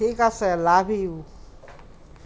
ঠিক আছে love U